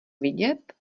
vidět